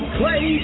play